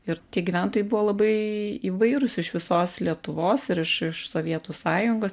ir tie gyventojai buvo labai įvairūs iš visos lietuvos ir iš iš sovietų sąjungos